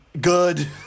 Good